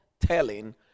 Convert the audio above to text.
telling